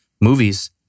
movies